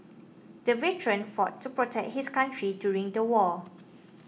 the veteran fought to protect his country during the war